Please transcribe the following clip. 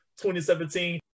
2017